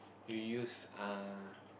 you use uh